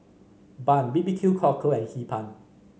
bun B B Q Cockle and Hee Pan